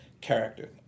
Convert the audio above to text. character